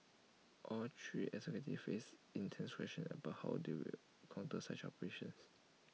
all three executives face intense questioning about how do counter such operations